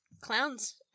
Clowns